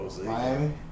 Miami